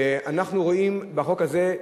אנחנו רואים בחוק הזה,